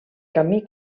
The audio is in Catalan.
camí